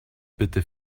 bitte